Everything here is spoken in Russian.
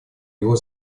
его